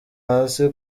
hasi